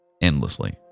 endlessly